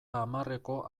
hamarreko